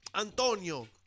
Antonio